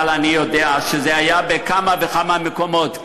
אבל אני יודע שזה היה בכמה וכמה מקומות.